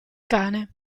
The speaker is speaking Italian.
cane